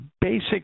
basic